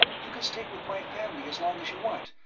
you can stay with my family as long as you want